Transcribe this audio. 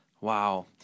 Wow